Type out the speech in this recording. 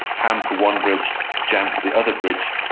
ham for one bridge, jam for the other bridge.